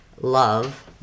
love